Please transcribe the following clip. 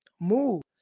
Move